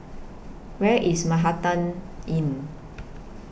Where IS Manhattan Inn